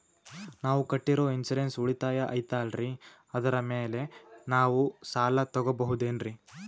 ನಾವು ಕಟ್ಟಿರೋ ಇನ್ಸೂರೆನ್ಸ್ ಉಳಿತಾಯ ಐತಾಲ್ರಿ ಅದರ ಮೇಲೆ ನಾವು ಸಾಲ ತಗೋಬಹುದೇನ್ರಿ?